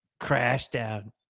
Crashdown